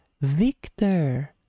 Victor